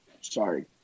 Sorry